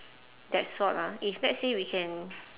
that sort ah if let's say we can